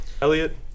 Elliot